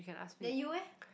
then you eh